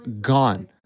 gone